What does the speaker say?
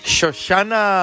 Shoshana